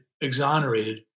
exonerated